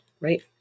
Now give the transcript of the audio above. right